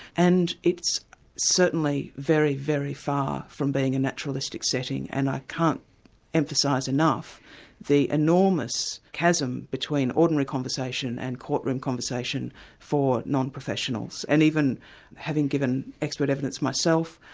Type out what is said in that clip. and it's certainly very, very far from being a naturalistic setting, and i can't emphasise enough the enormous chasm between ordinary conversation and courtroom conversation for non-professionals. and even having given expert evidence myself,